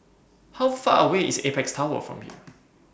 How Far away IS Apex Tower from here